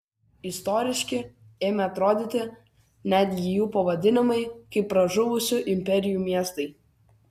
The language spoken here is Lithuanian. istoriški ėmė atrodyti netgi jų pavadinimai kaip pražuvusių imperijų miestai